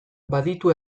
baditu